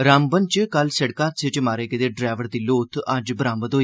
रामबन च कल सड़क हादसे च मारे गेदे ड्राइवर दी लोथ अज्ज बरामद होई